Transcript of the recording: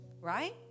Right